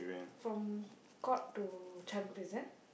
from court to Changi-Prison